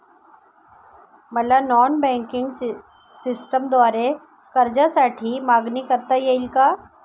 मला non banking सिस्टमद्वारे कर्जासाठी मागणी करता येईल का?